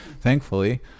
thankfully